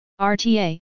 RTA